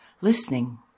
listening